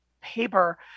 paper